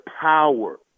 power